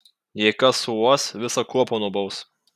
jei kas suuos visą kuopą nubaus